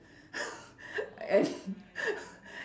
I